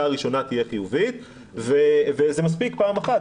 הראשונה תהיה חיובית וזה מספיק פעם אחת.